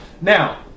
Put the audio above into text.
now